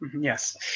Yes